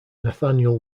nathaniel